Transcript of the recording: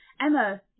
Emma